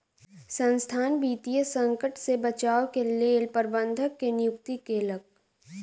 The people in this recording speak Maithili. संसथान वित्तीय संकट से बचाव के लेल प्रबंधक के नियुक्ति केलक